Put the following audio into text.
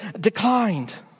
declined